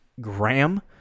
Graham